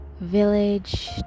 village